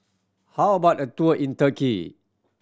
how about a tour in Turkey